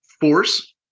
force